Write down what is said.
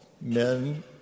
men